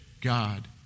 God